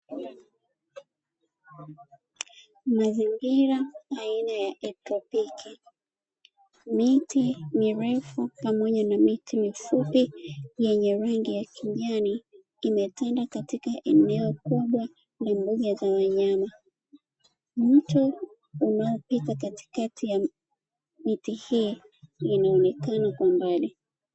Mazingira aina ya ektopiki, miti mirefu pamoja na miti mifupi yenye rangi ya kijani imetanda katika eneo kubwa na mbuga za wanyama, mto unaopita katikati ya miti hii inaonekana kwa mbali.